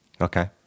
Okay